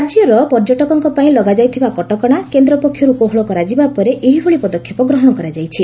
ରାଜ୍ୟର ପର୍ଯ୍ୟଟକଙ୍କ ପାଇଁ ଲଗାଯାଇଥିବା କଟକଣା କେନ୍ଦ୍ର ପକ୍ଷରୁ କୋହଳ କରାଯିବା ପରେ ଏହିଭଳି ପଦକ୍ଷେପ ଗ୍ରହଣ କରାଯାଇଛି